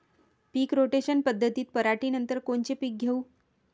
पीक rotation पद्धतीत पराटीनंतर कोनचे पीक घेऊ?